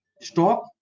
stock